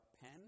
pen